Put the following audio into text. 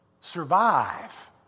survive